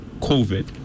COVID